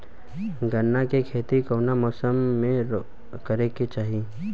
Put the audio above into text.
गन्ना के खेती कौना मौसम में करेके चाही?